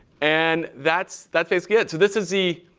and that's that's basically it. so this is the